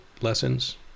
lessons